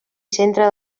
centre